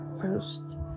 first